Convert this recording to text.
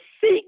seek